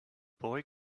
boy